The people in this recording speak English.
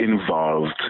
involved